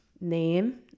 name